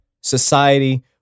society